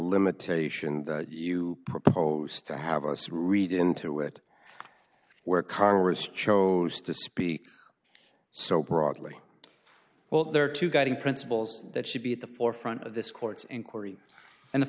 limitation you propose to have us read into it where congress chose to speak so broadly well there are two guiding principles that should be at the forefront of this court's inquiry and